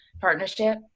partnership